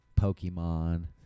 pokemon